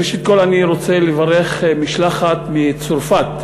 ראשית כול אני רוצה לברך משלחת מצרפת,